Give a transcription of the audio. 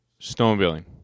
snowmobiling